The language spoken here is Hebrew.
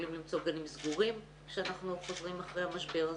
יכולים למצוא גנים סגורים כשאנחנו חוזרים אחרי המשבר הזה.